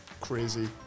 crazy